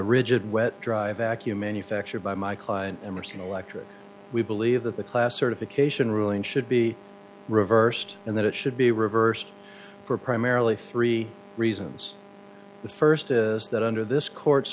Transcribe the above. rigid wet dry vacuum manufactured by my client emerson electric we believe that the class certification ruling should be reversed and that it should be reversed for primarily three reasons the first is that under this court